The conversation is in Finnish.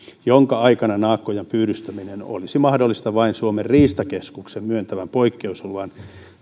jonka aikana naakkojen pyydystäminen olisi mahdollista vain suomen riistakeskuksen myöntämän poikkeusluvan